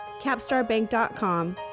capstarbank.com